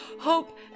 hope